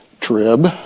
trib